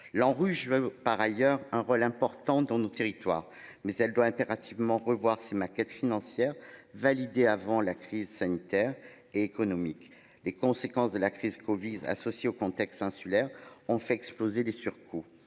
L'ANRU je veux par ailleurs un rôle important dans nos territoires mais elle doit impérativement revoir ses maquettes financières validé avant la crise sanitaire et économique les conséquences de la crise Covid associé au contexte insulaire ont fait exploser les surcoûts.